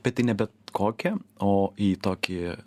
bet tai ne bet kokią o į tokį